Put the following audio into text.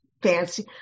fancy